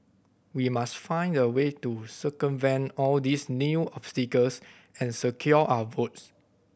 we must find a way to circumvent all these new obstacles and secure our votes